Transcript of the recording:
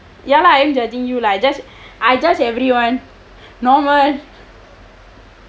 ya lah I'm judging you lah like I judge everyone normal